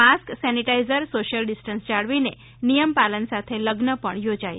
mask sanitizer social distance જાળવીને નિયમપાલન સાથે લગ્ન પણ યોજાય છે